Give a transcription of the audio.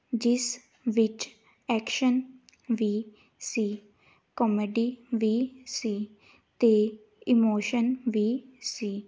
ਜਿਸ ਵਿੱਚ ਐਕਸ਼ਨ ਵੀ ਸੀ ਕੋਮੇਡੀ ਵੀ ਸੀ ਅਤੇ ਇਮੋਸ਼ਨ ਵੀ ਸੀ